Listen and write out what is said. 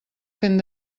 fent